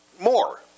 more